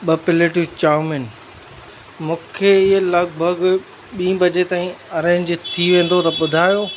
ॿ प्लेटियूं चाउमीन मूंखे इहो लॻिभॻि ॿी बजे ताईं अरेंज थी वेंदो त ॿुधायो